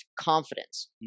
confidence